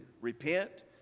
Repent